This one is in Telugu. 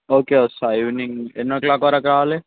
ఓకే వస్తా ఈవెనింగ్ ఎన్నో క్లాక్ వరకు రావాలి